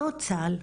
נוצל,